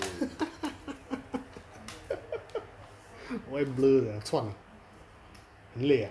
why blur ah chuan ah 累 ah